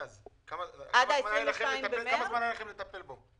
כמה זמן היה לכם לטפל בו?